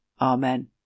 Amen